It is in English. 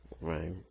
Right